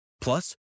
Plus